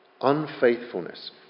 Unfaithfulness